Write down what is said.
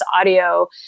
audio